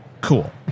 Cool